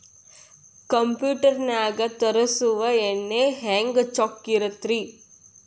Computer ನಾಗ ತರುಸುವ ಎಣ್ಣಿ ಹೆಂಗ್ ಚೊಕ್ಕ ಇರತ್ತ ರಿ?